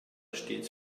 stets